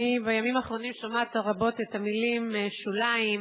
אני בימים האחרונים שומעת רבות את המלים: שוליים,